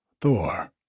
Thor